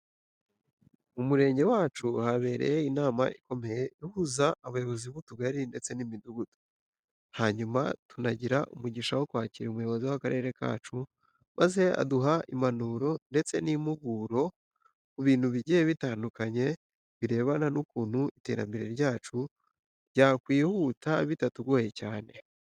Mu murenge wacu habereye inama ikomeye ihuza abayobozi b'utugari ndetse n'imidugudu, hanyuma tunagira umugisha wo kwakira umuyobozi w'akarere kacu, maze aduha impanuro ndetse n'impuguro ku bintu bigiye bitandukanye birebana n'ukuntu iterambere ryacu ryakwihuta bitatugoye cyane.